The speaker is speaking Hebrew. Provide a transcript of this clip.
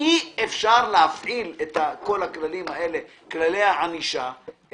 אי אפשר להפעיל את כל כללי הענישה האלה